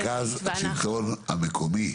שזה מרכז השלטון המקומי.